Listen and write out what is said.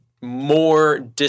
more